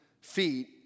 feet